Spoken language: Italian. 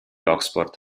oxford